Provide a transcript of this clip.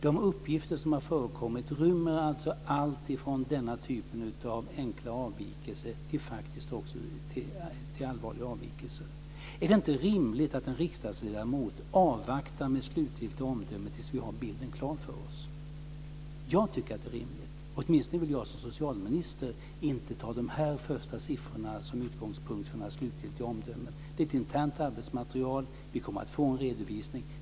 De uppgifter som har förekommit innehåller alltifrån denna typ av enkla avvikelser till allvarliga avvikelser. Är det inte rimligt att en riksdagsledamot avvaktar med slutgiltigt omdöme tills vi har bilden klar för oss? Jag tycker att det är rimligt. Åtminstone vill inte jag som socialminister ta de första siffrorna som utgångspunkt för mitt slutgiltiga omdöme. Det är ett internt arbetsmaterial. Vi kommer att få en redovisning.